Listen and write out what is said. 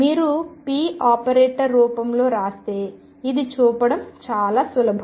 మీరు p ని operator రూపంలో వ్రాస్తే ఇది చూపడం చాలా సులభం